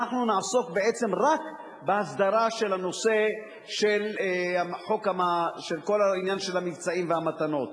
אנחנו נעסוק בעצם רק בהסדרה של הנושא של כל עניין המבצעים והמתנות.